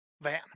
van